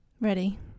Ready